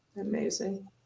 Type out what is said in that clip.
Amazing